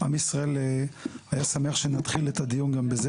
עם ישראל היה שמח שנתחיל את הדיון גם בזה,